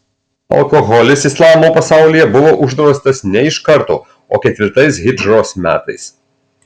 alkoholis islamo pasaulyje buvo uždraustas ne iš karto o ketvirtais hidžros metais